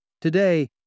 Today